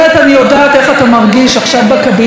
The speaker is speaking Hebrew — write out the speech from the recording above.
אני יודעת איך אתה מרגיש עכשיו בקבינט,